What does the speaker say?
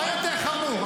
מה יותר חמור?